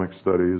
studies